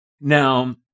Now